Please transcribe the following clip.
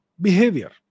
behavior